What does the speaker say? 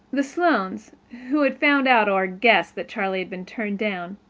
the sloanes, who had found out or guessed that charlie had been turned down,